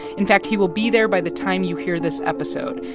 in fact, he will be there by the time you hear this episode.